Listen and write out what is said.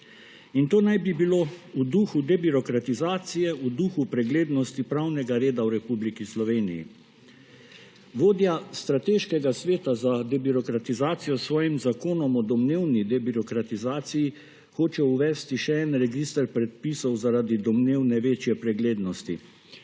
In to naj bi bilo v duhu debirokratizacije, v duhu preglednosti pravnega reda v Republiki Sloveniji! Vodja Strateškega sveta za debirokratizacijo s svojim zakonom o domnevni debirokratizaciji hoče uvesti še en register predpisov zaradi domnevne večje preglednosti